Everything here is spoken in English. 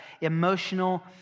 emotional